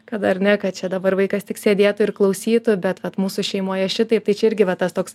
kad ar ne kad čia dabar vaikas tik sėdėtų ir klausytų bet vat mūsų šeimoje šitaip tai čia irgi va tas toks